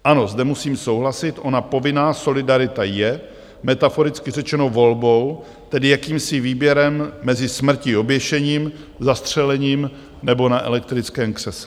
Ano, zde musím souhlasit, ona povinná solidarita je, metaforicky řečeno, volbou, tedy jakýmsi výběrem mezi smrtí oběšením, zastřelením nebo na elektrickém křesle.